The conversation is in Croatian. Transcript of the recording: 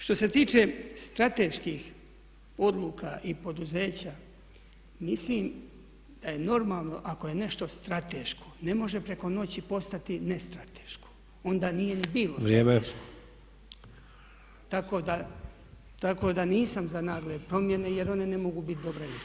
Što se tiče strateških odluka i poduzeća mislim da je normalno ako je nešto strateško ne može preko noći postati nestrateško, onda nije ni bilo strateško [[Upadica Sanader: Vrijeme.]] Tako da nisam za nagle promjene, jer one ne mogu bit dobre nikako.